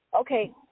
Okay